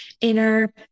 inner